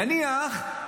נניח,